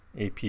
AP